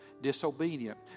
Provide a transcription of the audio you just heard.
disobedient